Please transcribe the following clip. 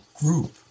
group